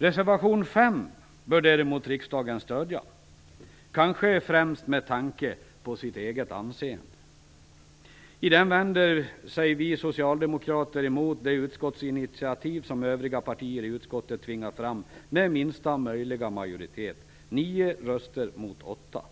Reservation 5 bör riksdagen däremot stödja, kanske främst med tanke på sitt eget anseende. I den vänder vi socialdemokrater oss emot det utskottsinitiativ som övriga partier i utskottet tvingar fram med minsta möjliga majoritet - nio röster mot åtta